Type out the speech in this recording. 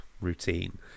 routine